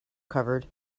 covered